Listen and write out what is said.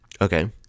Okay